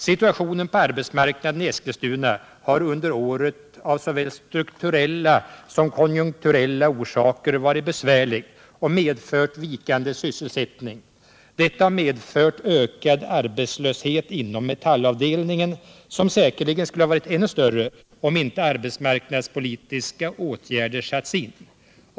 Situationen på arbetsmarknaden i Eskilstuna har under året av såväl strukturella som konjunkturella orsaker varit besvärlig och medfört vikande sysselsättning. Detta har medfört ökad arbetslöshet inom metallavdelningen, som säkerligen skulle varit ännu större om inte arbetsmarknadspolitiska åtgärder satts in.